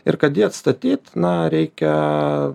ir kad jį atstatyt na reikia